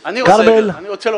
כרמל,